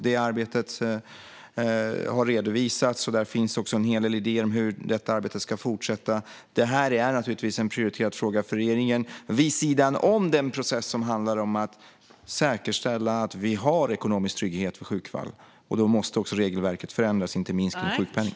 Detta arbete har redovisats, och där finns också en hel del idéer om hur detta arbete ska fortsätta. Detta är naturligtvis en prioriterad fråga för regeringen vid sidan om den process som handlar om att säkerställa att vi har ekonomisk trygghet vid sjukfall. Då måste också regelverket förändras, inte minst när det gäller sjukpenning.